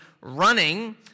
running